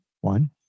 one